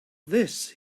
this